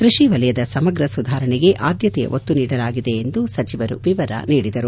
ಕೃಷಿ ವಲಯದ ಸಮಗ್ರ ಸುಧಾರಣೆಗೆ ಆದ್ಯತೆಯ ಒತ್ತು ನೀಡಲಾಗಿದೆ ಎಂದು ಸಚಿವರು ವಿವರ ನೀಡಿದರು